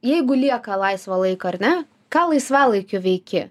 jeigu lieka laisvo laiko ar ne ką laisvalaikiu veiki